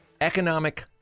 Economic